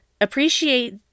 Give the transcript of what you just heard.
appreciate